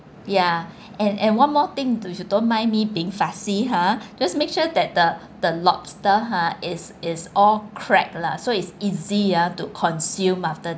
ya and and one more thing to if you don't mind me being fussy ha just make sure that the the lobster ha is is all cracked lah so it's easy ah to consume after